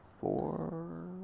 four